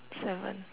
seven